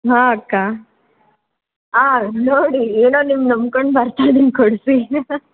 ಹಾಂ ಅಕ್ಕ ಆ ನೋಡಿ ಏನೋ ನಿಮ್ಮ ನಂಬ್ಕೊಂಡು ಬರ್ತಾಯಿದಿನಿ ಕೊಡಿಸಿ